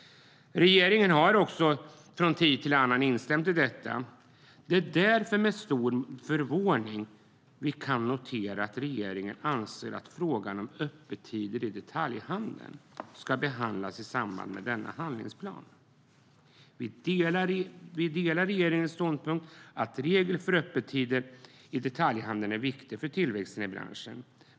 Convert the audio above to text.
Regeringen har också från tid till annan instämt i detta. Det är därför med stor förvåning vi kan notera att regeringen anser att frågan om öppettider i detaljhandeln ska behandlas i samband med denna handlingsplan. Vi delar regeringens ståndpunkt att regler för öppettider i detaljhandeln är viktigt för tillväxten i branschen.